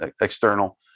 external